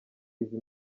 izi